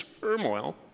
turmoil